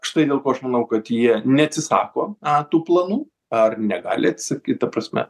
štai dėl ko aš manau kad jie neatsisako tų planų ar negali atsakyt ta prasme